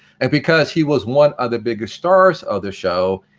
and because he was one of the biggest stars of the show,